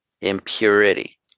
impurity